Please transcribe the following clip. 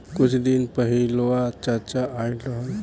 कुछ दिन पहिलवा चाचा आइल रहन